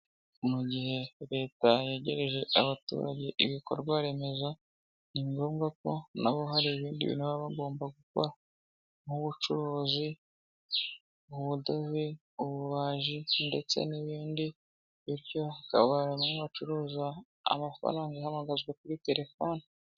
Mu gihe leta yegereje abaturage ibikorwa remezo, ni ngombwa ko nabo hari ibindi bi baba bagomba gukora nk’ubucuruzi, ubudozi, ububaji ndetse n'ibindi bityo hakaba no gucuruza amafaranga ahamagazwa kuri telefoni.